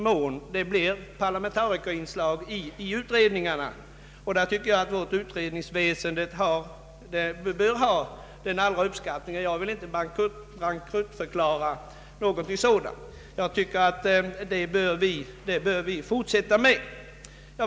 Jag tycker att vårt utredningsväsen — i den mån det förekommer parlamentarikerinslag däri — bör få den största uppskattning; jag vill inte bankruttförklara något sådant. Vi bör fortsätta med denna form av utredningar.